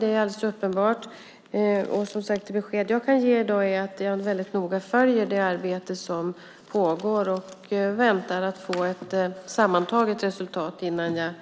Det är alldeles uppenbart att han är bekymrad. Det besked jag kan ge i dag är att jag noga följer det arbete som pågår och väntar på att få ett sammantaget resultat innan jag